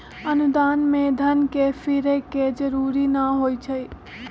अनुदान में धन के फिरे के जरूरी न होइ छइ